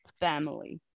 family